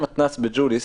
בג'וליס,